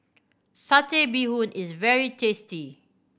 Satay Bee Hoon is very tasty